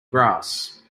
grass